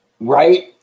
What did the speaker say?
Right